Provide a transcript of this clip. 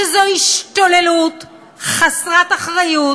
שזו השתוללות חסרת אחריות,